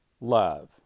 love